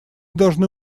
должны